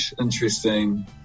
interesting